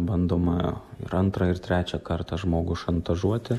bandoma ir antrą ir trečią kartą žmogų šantažuoti